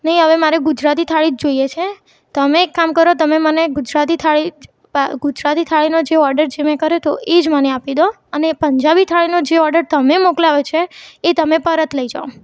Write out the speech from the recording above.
નહીં હવે મારે ગુજરાતી થાળી જ જોઈએ છે તમે એક કામ કરો તમે મને ગુજરાતી થાળી ગુજરાતી થાળીનો જે ઑર્ડર જે મેં કર્યો તો એજ મને આપી દો અને પંજાબી થાળીનો જે ઑર્ડર તમે મોકલાવ્યો છે એ તમે પરત લઈ જાઓ